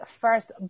first